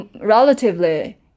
relatively